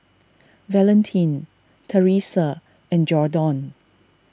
Valentin Teressa and Jordon